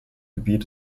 gebiet